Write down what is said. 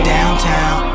Downtown